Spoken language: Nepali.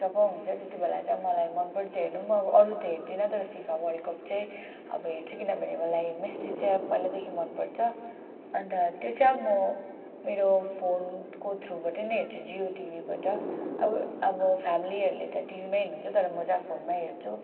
जब हुन्छ तेतिबेला चैँ मलाई मनपर्च हेर्नु मो अब अरू त हेर्दिन तर फीफा वर्ल्ड कप चैँ आबो हेर्चु किनभने मलाई मेस्सी चैँ पैलाइदेखि मनपर्च अन्त त्यो चैँ आबो मो मेरो फोनको थ्रुबट नै हेर्चु जियो टिभिबट आबोआबो फ्यामिलिहरले त टिभिमाइ हेर्नुहुन्च तर मो चैँ फोनमाइ हेर्चु